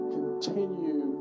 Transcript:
continue